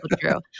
true